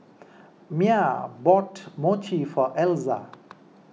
Mya bought Mochi for Elza